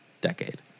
decade